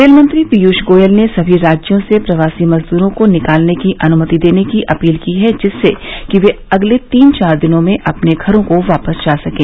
rail मंत्री पीयूष गोयल ने समी राज्यों से प्रवासी मजदूरों को निकालने की अनुमति देने की अपील की है जिससे कि वे अगले तीन चार दिन में अपने घरों को वापस जा सकें